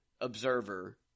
observer